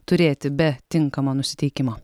turėti be tinkamo nusiteikimo